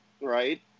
Right